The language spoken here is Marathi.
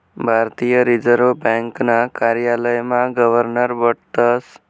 भारतीय रिजर्व ब्यांकना कार्यालयमा गवर्नर बठतस